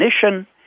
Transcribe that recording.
definition